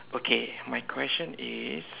okay my question is